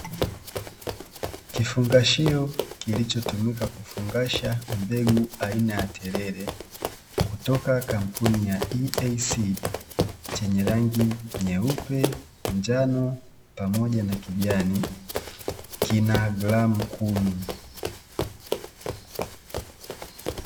Kifungashio kilichotumika kufungasha mbegu aina ya terere, kutoka kampuni ya ''EASEED'' chenye rangi nyeupe, njano pamoja na kijani. Kina gramu kumi.